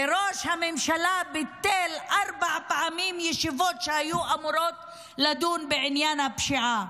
וראש הממשלה ביטל ארבע פעמים ישיבות שהיו אמורות לדון בעניין הפשיעה.